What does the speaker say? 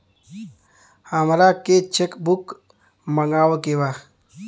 हमारा के cheque book मगावे के बा?